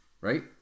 right